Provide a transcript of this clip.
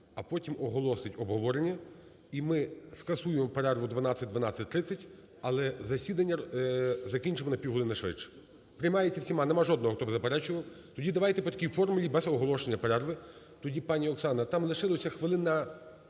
а потім оголосить обговорення, і ми скасуємо перерву 12:00-12:30, але засідання закінчимо на півгодини швидше. Приймається всіма, нема жодного, хто б заперечував. Тоді давайте по такій формулі без оголошення перерви. Тоді, пані Оксана, там лишилося хвилин